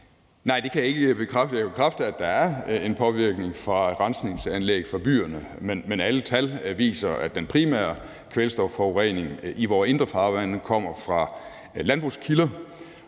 Nej, det kan jeg ikke bekræfte. Jeg kan bekræfte, at der er en påvirkning fra rensningsanlæg i byerne, men alle tal viser, at den primære kvælstofforurening i vore indre farvande kommer fra landbrugskilder,